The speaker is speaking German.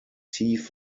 tief